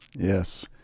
Yes